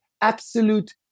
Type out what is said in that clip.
absolute